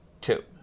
two